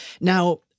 Now